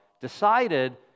decided